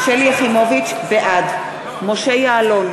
יחימוביץ, בעד משה יעלון,